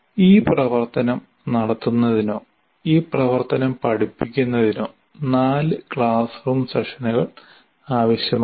ഈ പ്രവർത്തനം നടത്തുന്നതിനോ ഈ പ്രവർത്തനം പഠിപ്പിക്കുന്നതിനോ നാല് ക്ലാസ് റൂം സെഷനുകൾ ആവശ്യമാണ്